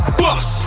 bus